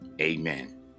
Amen